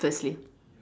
firstly